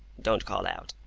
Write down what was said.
don't call out!